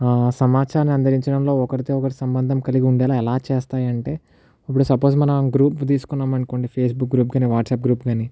సమాచారాన్ని అందించడంలో ఒకరితో ఒకరు సంబంధం కలిగి ఉండేలా ఎలా చేస్తాయంటే ఇప్పుడు సపోజ్ మనం గ్రూప్ తీసుకున్నామనుకోండి ఫేస్బుక్ గ్రూప్ కానీ వాట్సాప్ గ్రూప్ కానీ